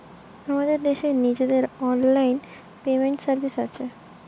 আমাদের দেশের নিজেদের অনলাইন পেমেন্ট সার্ভিস আছে